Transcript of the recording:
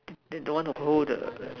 th~ then don't want to hold the rest